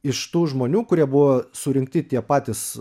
iš tų žmonių kurie buvo surinkti tie patys